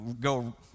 go